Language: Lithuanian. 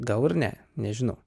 gal ir ne nežinau